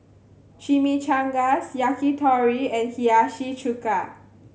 Chimichangas Yakitori and Hiyashi Chuka